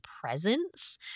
presence